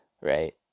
right